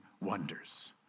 wonders